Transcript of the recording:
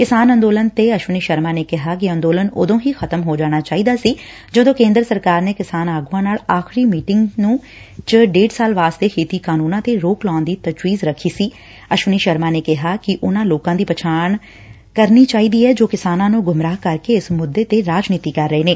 ਕਿਸਾਨ ਅੰਦੋਲਨ ਤ ਅਸ਼ਵਨੀ ਸ਼ਰਮਾ ਨੇ ਕਿਹਾ ਕਿ ਅੰਦੋਲਨ ਉਦੋ ਹੀ ਖ਼ਤਮ ਹੋ ਜਾਣਾ ਚਾਹੀਦਾ ਸੀ ਜਦੋ ਕੇਂਦਰ ਸਰਕਾਰ ਨੇ ਕਿਸਾਨ ਆਗੁਆਂ ਨਾਲ ਆਖਰੀ ਮੀਟਿੰਗ ਚ ਡੇਢ ਸਾਲ ਵਾਸਤੇ ਖੇਤੀ ਕਾਨੰਨਾਂ ਤੇ ਰੋਕ ਲਾਉਣ ਦੀ ਤਜ਼ਵੀਜ਼ ਰੱਖੀ ਸੀ ਅਸ਼ਵਨੀ ਸ਼ਰਮਾ ਨੇ ਕਿਹਾ ਕਿ ਉਨਾਂ ਲੋਕਾਂ ਦੀ ਪਛਾਣ ਕਰਨੀ ਚਾਹੀਦੀ ਐ ਜੋ ਕਿਸਾਨਾਂ ਨੂੰ ਬਹਿਕਾ ਰਹੇ ਨੇ ਅਤੇ ਕਿਸਾਨਾਂ ਨੂੰ ਗੁੰਮਰਾਹ ਕਰਕੇ ਇਸ ਮੁੱਦੇ ਤੇ ਰਾਜੱਨੀਤੀ ਕਰ ਰਹੇ ਨੇ